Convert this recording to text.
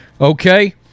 okay